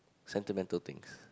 sentimental things